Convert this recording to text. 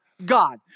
God